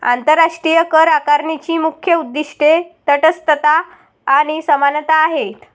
आंतरराष्ट्रीय करआकारणीची मुख्य उद्दीष्टे तटस्थता आणि समानता आहेत